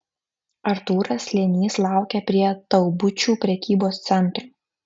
artūras slėnys laukė prie taubučių prekybos centro